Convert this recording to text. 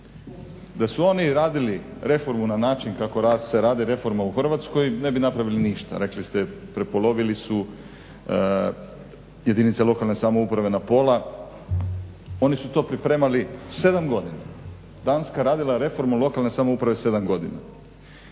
da su oni radili reformu na način kako se radi reforma u Hrvatskoj ne bi napravili ništa. Rekli ste prepolovili su jedinice lokalne samouprave na pola. Oni su to pripremali 7 godina, Danska je radila reformu lokalne samouprave 7 godina.